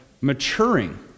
maturing